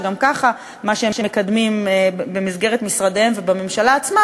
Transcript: שגם ככה מה שהם מקדמים במסגרת משרדיהם ובממשלה עצמה,